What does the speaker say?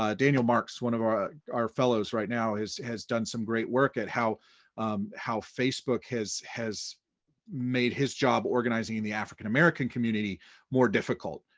um daniel marks, one of our our fellows right now has done some great work at how um how facebook has has made his job organizing and the african american community more difficult.